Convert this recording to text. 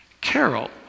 Carol